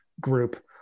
group